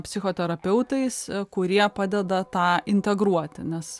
psichoterapeutais kurie padeda tą integruoti nes